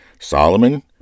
Solomon